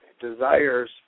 desires